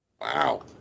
Wow